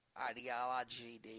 ideology